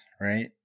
right